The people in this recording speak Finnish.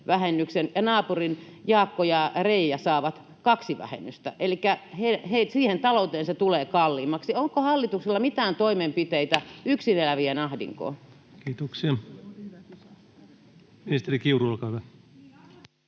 ja naapurin Jaakko ja Reija saavat kaksi vähennystä, elikkä siihen talouteen se tulee kalliimmaksi. Onko hallituksella mitään toimenpiteitä yksin elävien ahdinkoon? Kiitoksia. — Ministeri Kiuru, olkaa hyvä.